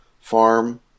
farm